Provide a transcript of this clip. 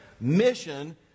Mission